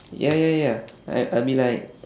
ya ya ya I I'll be like